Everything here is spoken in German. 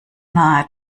nahe